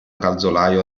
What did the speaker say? calzolaio